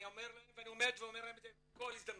אני עומד ואומר להם את זה בכל הזדמנות.